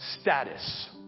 Status